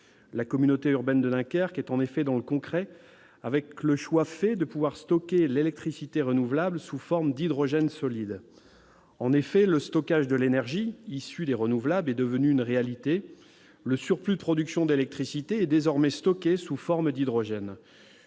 La communauté urbaine de Dunkerque est bel et bien dans le concret, en ayant choisi de pouvoir stocker l'électricité renouvelable sous forme d'hydrogène solide. En effet, le stockage de l'énergie issue des renouvelables est devenu une réalité. Le surplus de production d'électricité est désormais stocké sous forme d'hydrogène,